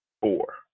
four